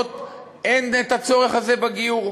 ובישיבות אין הצורך הזה בגיור?